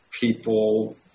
People